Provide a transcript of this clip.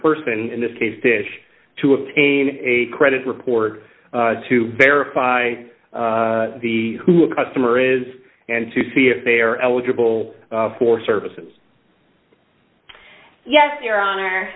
person in this case dish to obtain a credit report to verify the customer is and to see if they are eligible for services yes your honor